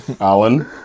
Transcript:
Alan